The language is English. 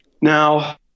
Now